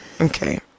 okay